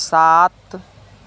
सात